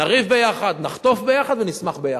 נריב ביחד, נחטוף ביחד ונשמח ביחד.